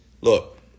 Look